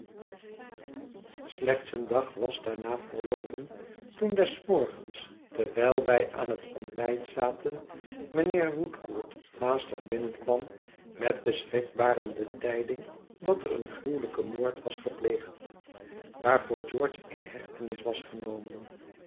slechts een dag was daarna verloopen toen des morgens terwijl wij aan het ontbijt zaten mijnheer woodcourt haastig binnenkwam met de schrikbarende tijding dat er een gruwelijke moord was gepleegd waarvoor george in hechtenis was genomen